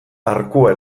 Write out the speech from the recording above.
arkua